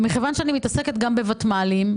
אני מתעסקת גם בוותמ"לים,